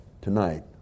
tonight